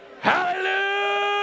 Hallelujah